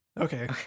Okay